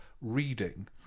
reading